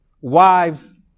Wives